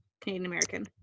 Canadian-American